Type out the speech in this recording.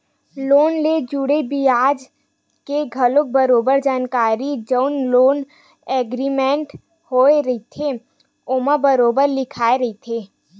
loan ले जुड़े बियाज के घलो बरोबर जानकारी जउन लोन एग्रीमेंट होय रहिथे ओमा बरोबर लिखाए रहिथे